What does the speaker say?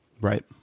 Right